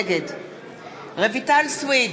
נגד רויטל סויד,